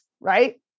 right